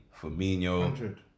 Firmino